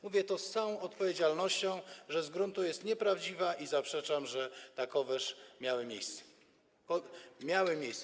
Mówię to z całą odpowiedzialnością, że z gruntu jest nieprawdziwa, i zaprzeczam, że takie wypłaty miały miejsce.